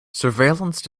surveillance